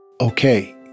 Okay